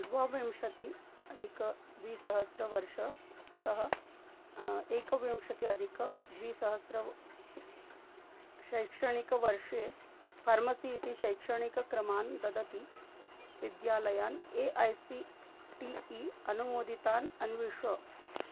द्वाविंशति अधिकद्विसहस्रवर्षतः एकविंशति अधिकद्विसहस्रशैक्षणिकवर्षे फार्मसी इति शैक्षणिकक्रमान् ददति विद्यालयान् A I C T E अनुमोदितान् अन्विष